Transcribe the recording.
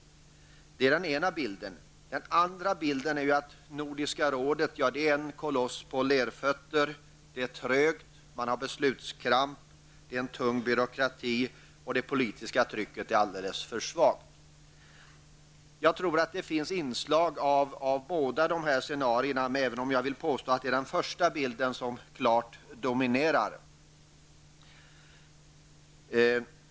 Detta var den ena bilden. Den andra bilden är att Nordiska rådet är en koloss på lerfötter. Det går trögt och man har beslutskramp, det är en tung byråkrati och det politiska trycket är alldeles för svagt. Jag tror att det finns inslag från båda dessa scenarion, även om jag vill påstå att det är den första bilden som klart dominerar.